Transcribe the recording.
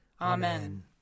Amen